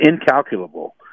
incalculable